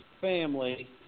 family